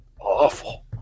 Awful